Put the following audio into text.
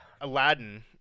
Aladdin